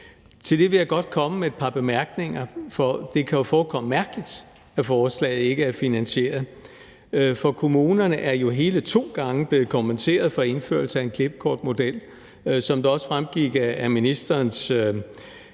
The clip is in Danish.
Til det vil jeg godt komme med et par bemærkninger, for det kan jo forekomme mærkeligt, at forslaget ikke er finansieret, for kommunerne er jo hele to gange blevet kommenteret for indførelse af en klippekortmodel. Og som det også fremgik af ministerens